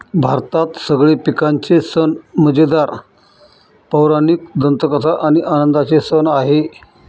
भारतात सगळे पिकांचे सण मजेदार, पौराणिक दंतकथा आणि आनंदाचे सण आहे